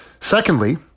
Secondly